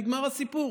נגמר הסיפור,